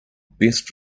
best